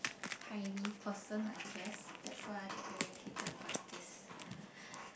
tidy person I guess that why I get irritated by this